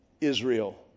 Israel